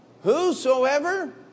Whosoever